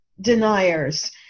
deniers